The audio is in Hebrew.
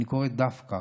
אני קורא דווקא